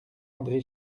andré